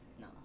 no